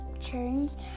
turns